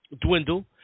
dwindle